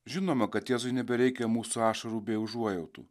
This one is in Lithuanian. žinoma kad jėzui nebereikia mūsų ašarų bei užuojautų